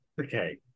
Okay